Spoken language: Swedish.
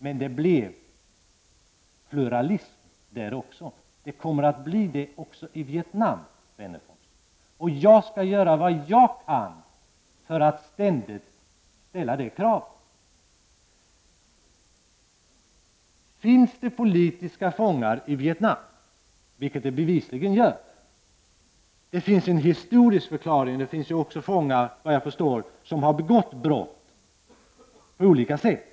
Det blev dock pluralism i dessa länder också, och det kommer det att bli även i Vietnam, Alf Wennerfors! Jag skall göra vad jag kan när det gäller att ständigt ställa det kravet. Finns det politiska fångar i Vietnam? Bevisligen finns det sådana. Det finns en historisk förklaring härtill. Såvitt jag förstår finns det också fångar som verkligen har begått olika brott.